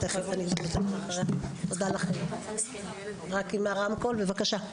כן, בבקשה.